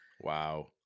wow